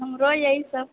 हमरो यहीसभ